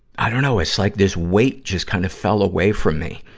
i dunno, it's like this weight just kind of fell away from me.